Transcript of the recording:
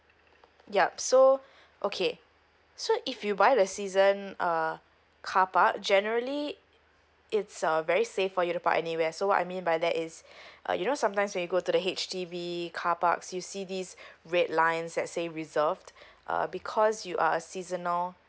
yup so okay so if you buy the season uh carpark generally it's uh very safe for you to park anywhere so I mean by that is uh you know sometimes when you go to the H_D_B carparks you see this red lines that say reserved uh because you are a seasonal